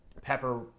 pepper